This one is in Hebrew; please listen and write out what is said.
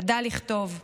ידע לכתוב.